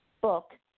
book